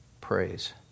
praise